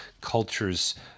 cultures